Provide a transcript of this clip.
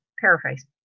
paraphrase